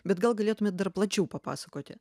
bet gal galėtumėt dar plačiau papasakoti